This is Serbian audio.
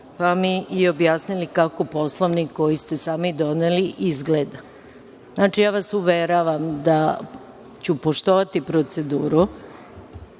pa mi i objasnili kako Poslovnik, koji ste sami doneli, izgleda. Znači, ja vas uveravam da ću poštovati proceduru.